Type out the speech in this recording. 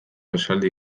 esaldi